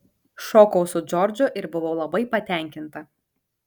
šokau su džordžu ir buvau labai patenkinta